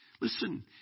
Listen